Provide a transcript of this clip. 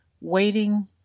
waiting